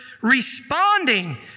responding